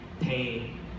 pain